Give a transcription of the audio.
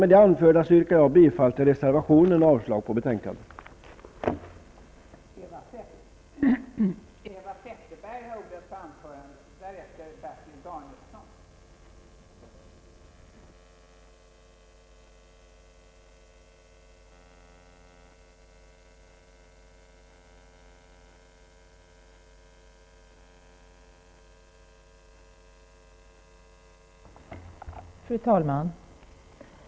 Med det anförda yrkar jag bifall till reservationen och avslag på hemställan i betänkandet.